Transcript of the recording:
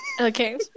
okay